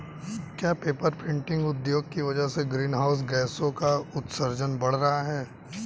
क्या paper printing उद्योग की वजह से ग्रीन हाउस गैसों का उत्सर्जन बढ़ रहा है?